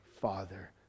Father